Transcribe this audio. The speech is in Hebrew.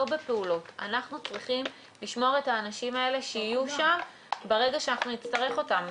אנחנו צריכים לשמור את האנשים האלה שיהיו שם ברגע שנצטרך אותם.